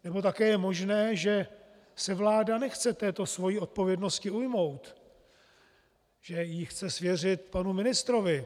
Nebo také je možné, že se vláda nechce této své odpovědnosti ujmout, že ji chce svěřit panu ministrovi.